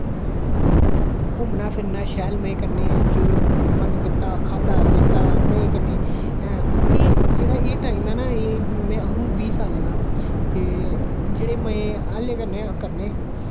घूमनां फिरनां शैल मज़े कन्नै जो मन कीता खाद्दा पीता मज़े कन्नै जेह्ड़ा एह् टाईम ऐ ना एह् में हून बीह् साल्लें दा ते जेह्ड़े में हाल्लोें करने